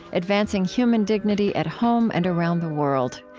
advancing human dignity at home and around the world.